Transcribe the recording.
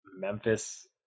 Memphis